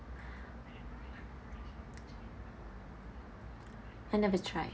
I never try